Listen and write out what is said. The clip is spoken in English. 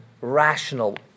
rational